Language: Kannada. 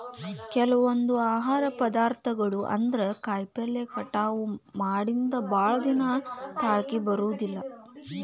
ಕೆಲವೊಂದ ಆಹಾರ ಪದಾರ್ಥಗಳು ಅಂದ್ರ ಕಾಯಿಪಲ್ಲೆ ಕಟಾವ ಮಾಡಿಂದ ಭಾಳದಿನಾ ತಾಳಕಿ ಬರುದಿಲ್ಲಾ